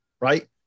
Right